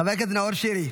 חבר הכנסת נאור שירי,